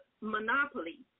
monopoly